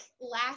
last